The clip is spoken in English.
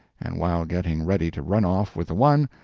and while getting ready to run off with the one,